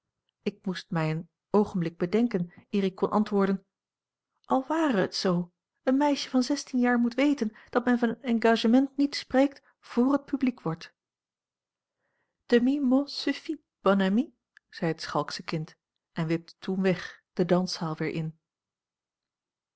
ik moest mij een oogenblik bedenken eer ik kon antwoorden al ware het z een meisje van zestien jaar moet weten dat men van een engagement niet spreekt vr het publiek wordt a l g bosboom-toussaint langs een omweg demi mot suffit bonne amie zei het schalksche kind en wipte toen weg de danszaal weer in